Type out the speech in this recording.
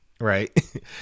Right